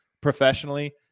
professionally